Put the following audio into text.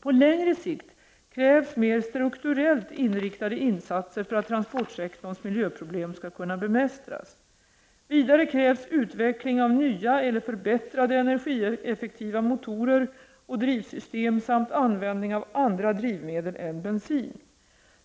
På längre sikt krävs mer strukturellt inriktade insatser för att transportsektorns miljöproblem skall kunna bemästras. Vidare krävs utveckling av nya eller förbättrade energieffektiva motorer och drivsystem samt användning av andra drivmedel än bensin.